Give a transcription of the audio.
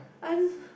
I